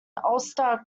ulster